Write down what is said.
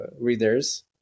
readers